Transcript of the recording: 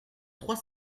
trois